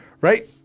right